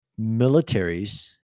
Militaries